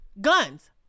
guns